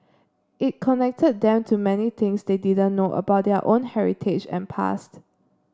it connected them to many things they didn't know about their own heritage and past